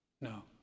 no